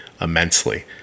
immensely